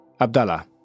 Abdallah